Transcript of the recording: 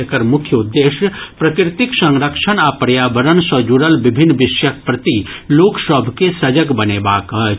एकर मुख्य उद्देश्य प्रकृतिक संरक्षण आ पर्यावरण सँ जुड़ल विभिन्न विषयक प्रति लोक सभ के सजग बनेबाक अछि